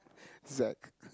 Zack